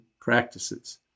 practices